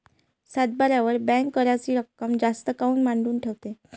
सातबाऱ्यावर बँक कराच रक्कम जास्त काऊन मांडून ठेवते?